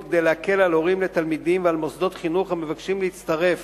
כדי להקל על הורים לתלמידים ומוסדות חינוך המבקשים להצטרף